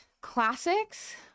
classics